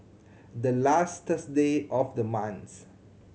the last Thursday of the month